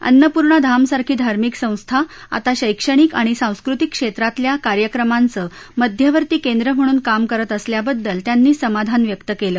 अन्नपूर्णा धामसारखी धार्मिक संस्था आता शैक्षणिक आणि सांस्कृतिक क्षेत्रातल्या कार्यक्रमाचं मध्यवर्ती केंद्र म्हणून काम करत असल्याबद्दल त्यांनी समाधान व्यक्त केलं